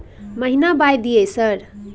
महीना बाय दिय सर?